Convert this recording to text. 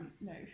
no